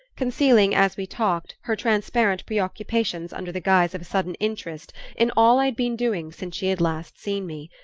concealing, as we talked, her transparent preoccupations under the guise of a sudden interest in all i had been doing since she had last seen me.